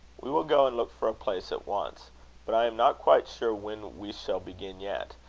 we will go and look for a place at once but i am not quite sure when we shall begin yet.